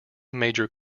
major